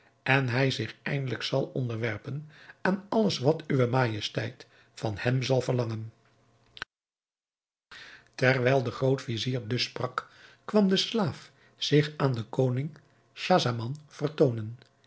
en hij zich eindelijk zal onderwerpen aan alles wat uwe majesteit van hem zal verlangen terwijl de groot-vizier dus sprak kwam de slaaf zich aan den koning schahzaman